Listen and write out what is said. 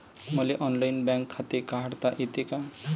मले online bank खाते काढता येते का?